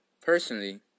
personally